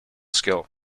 skill